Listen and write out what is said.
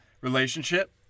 relationship